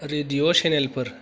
radio चेनेलफोर